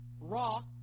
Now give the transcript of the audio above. Raw